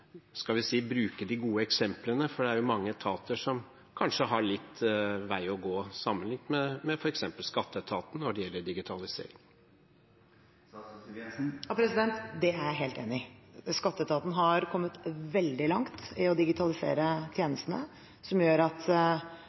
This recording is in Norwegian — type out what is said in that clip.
skal vi si, bruke de gode eksemplene? For det er mange etater som kanskje har litt vei å gå sammenlignet f.eks. med skatteetaten når det gjelder digitalisering. Det er jeg helt enig i. Skatteetaten har kommet veldig langt i å digitalisere tjenestene, som gjør at